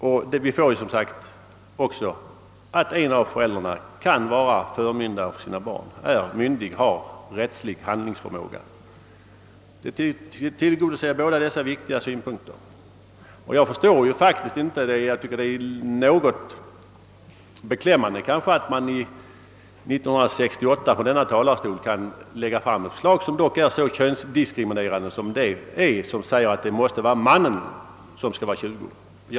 Därmed vinner man också att en av föräldrarna kan vara förmyndare för sina barn, är myndig och har rättslig handlingsförmåga. Det förslaget tillgodoser båda dessa viktiga synpunkter. Jag tycker faktiskt att det är beklämmande att man 1968 kan lägga fram och från denna talarstol försvara ett förslag som dock är så könsdiskriminerande som det förslag är, vilket innebär att det måste vara mannen som skall vara 20 år.